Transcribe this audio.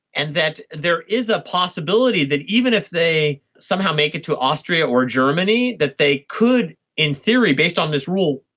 and that there is a possibility that even if they somehow make it to austria or germany, that they could in theory, based on this rule,